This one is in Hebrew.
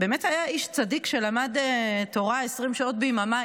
באמת היה איש צדיק שלמד תורה 20 שעות ביממה,